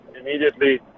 immediately